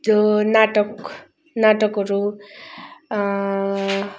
त्यो नाटक नाटकहरू